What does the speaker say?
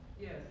Yes